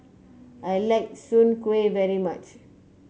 I like Soon Kueh very much